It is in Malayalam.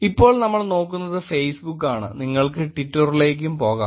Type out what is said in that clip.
ഇപ്പോൾ നമ്മൾ നോക്കുന്നത് ഫേസ്ബുക്ക് ആണ് നിങ്ങൾക്ക് ട്വിറ്ററിലേക്കും പോകാം